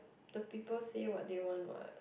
the people say what they want what